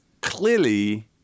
Clearly